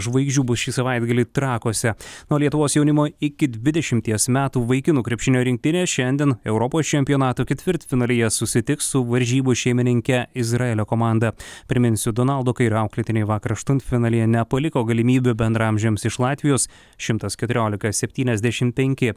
žvaigždžių bus šį savaitgalį trakuose na o lietuvos jaunimo iki dvidešimties metų vaikinų krepšinio rinktinė šiandien europos čempionato ketvirtfinalyje susitiks su varžybų šeimininke izraelio komanda priminsiu donaldo kairio auklėtiniai vakar aštuntfinalyje nepaliko galimybių bendraamžiams iš latvijos šimtas keturiolika septyniasdešim penki